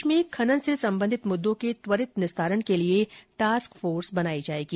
प्रदेश में खनन से सम्बन्धित मुददों के त्वरित निस्तारण के लिए टास्क फोर्स बनाई जाएगी